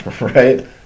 right